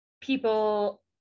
people